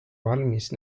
valmis